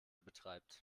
betreibt